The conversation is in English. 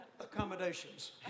accommodations